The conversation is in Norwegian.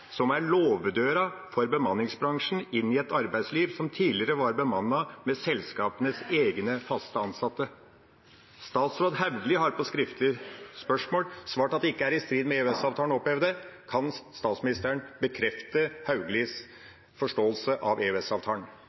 som er låvedøra for bemanningsbransjen inn i et arbeidsliv som tidligere var bemannet med selskapenes egne fast ansatte. Statsråd Hauglie har på skriftlig spørsmål svart at det ikke er i strid med EØS-avtalen å oppheve det. Kan statsministeren bekrefte statsråd Hauglies forståelse av